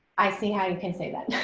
i see how you can say that